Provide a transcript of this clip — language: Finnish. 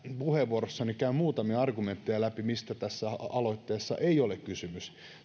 puheenvuorossani läpi muutamia argumentteja mistä tässä aloitteessa ei ole kysymys